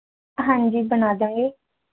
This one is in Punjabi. ਹਾਂਜੀ ਬਣਾ ਦਵਾਂਗੇ